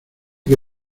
que